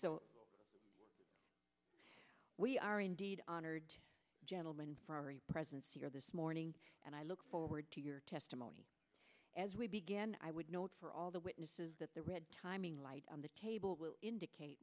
we are indeed honored gentleman for a presence here this morning and i look forward to your testimony as we begin i would note for all the witnesses that the red timing light on the table will indicate